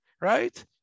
right